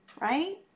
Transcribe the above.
right